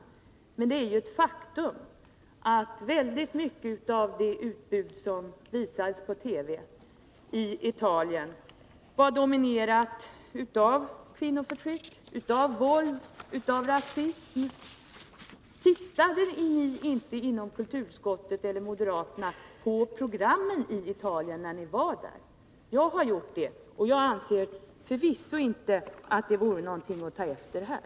111 Men det är ett faktum att väldigt mycket av TV-utbudet i Italien var dominerat av kvinnoförtryck, våld och rasism. Tittade ni inom kulturutskottet eller moderaterna inte på TV-programmen när ni var i Italien? Jag gjorde det, och jag anser förvisso inte att de vore någonting att ta efter här.